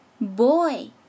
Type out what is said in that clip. boy